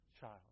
child